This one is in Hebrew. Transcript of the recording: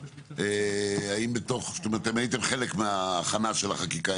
האם אתם הייתם חלק מההכנה של החקיקה,